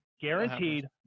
guaranteed